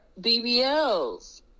BBLs